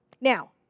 Now